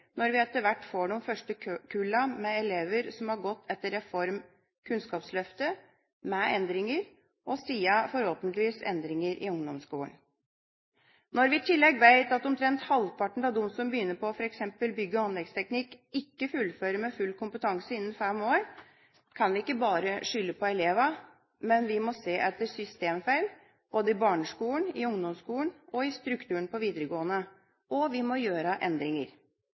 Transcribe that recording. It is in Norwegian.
når vi etter hvert får de første kullene med elever som har gått etter reformen Kunnskapsløftet med endringer, og siden forhåpentligvis endringer i ungdomsskolen. Når vi i tillegg vet at omtrent halvparten av dem som begynner på f.eks. bygg- og anleggsteknikk, ikke fullfører med full kompetanse innen fem år, kan vi ikke bare skylde på elevene, men vi må se etter systemfeil både i barneskolen, i ungdomsskolen og i strukturen på videregående, og vi må gjøre endringer.